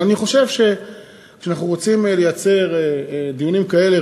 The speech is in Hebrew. ואני חושב שכשאנחנו רוצים לייצר דיונים כאלה,